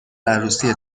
عروسی